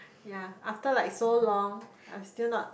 yea after like so long I've still not